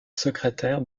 secrétaire